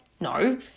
No